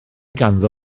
ganddo